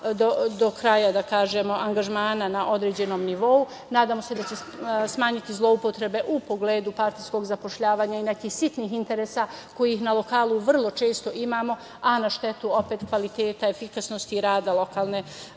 do kraja angažmana na određenom nivou. Nadamo se da će se smanjiti zloupotrebe u pogledu partijskog zapošljavanja i nekih sitnih interesa kojih na lokalu vrlo često imamo, a na štetu kvaliteta, efikasnosti rada lokalne